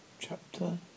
Chapter